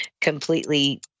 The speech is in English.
completely